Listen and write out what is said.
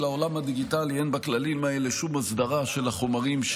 לעולם הדיגיטלי אין בכללים האלה שום הסדרה של החומרים,